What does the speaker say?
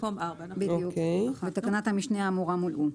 בתקנת המשנה האמורה מולאו".